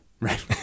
right